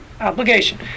obligation